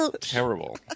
terrible